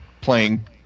playing